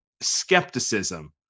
skepticism